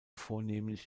vornehmlich